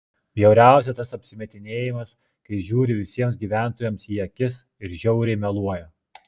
bjauriausia tas apsimetinėjimas kai žiūri visiems gyventojams į akis ir žiauriai meluoja